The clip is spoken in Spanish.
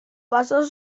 pasó